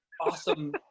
awesome